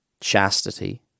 chastity